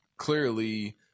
Clearly